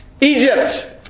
Egypt